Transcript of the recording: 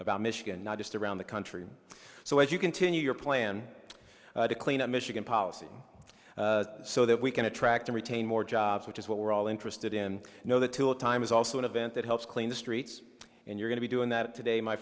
about michigan not just around the country so as you continue your plan to clean up michigan policy so that we can attract and retain more jobs which is what we're all interested in you know that to a time is also an event that helps clean the streets and you're going to doing that today my